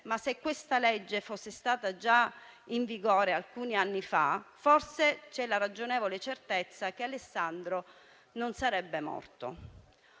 ma se questa legge fosse stata già in vigore alcuni anni fa, c'è la ragionevole certezza che Alessandro non sarebbe morto.